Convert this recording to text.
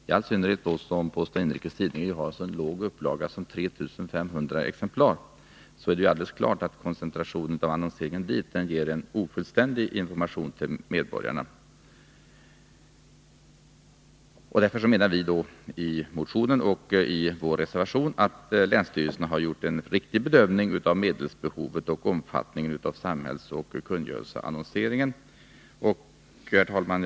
I all synnerhet som Postoch Inrikes Tidningar har en så låg upplaga som 3 500 exemplar, är det alldeles klart att koncentrationen av annonseringen dit ger en ofullständig information till medborgarna. Därför menar vi i motionen och i vår reservation att länsstyrelserna har gjort en riktig bedömning av medelsbehovet och av omfattningen av samhällsoch kungörelseannonseringen. Herr talman!